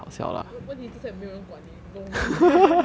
问问题就是 that 没有人关你